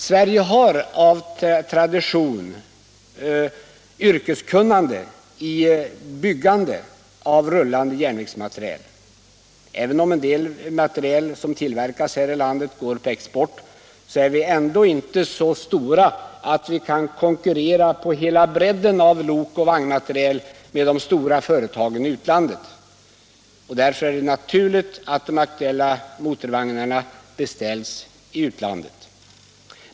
Sverige har tradition och yrkeskunnande när det gäller byggande av rullande järnvägsmateriel. Även om en del materiel som tillverkas här i landet går på export är vi dock inte så stora att vi kan konkurrera på hela bredden av lok och vagnmateriel med de stora företagen i utlandet. Därför är det naturligt att de aktuella motorvagnarna beställs i utlandet.